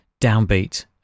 downbeat